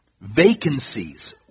vacancies